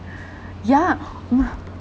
yeah !wah!